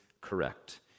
correct